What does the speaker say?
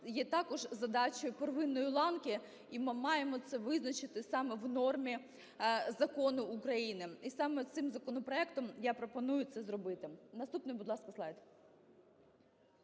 є також задачею первинної ланки, і ми маємо це визначити це саме в нормі закону України. І саме цим законопроектом я пропоную це зробити. Наступний, будь ласка, слайд.